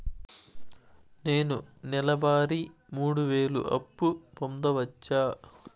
నేను నెల వారి మూడు వేలు అప్పు పొందవచ్చా?